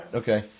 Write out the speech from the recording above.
okay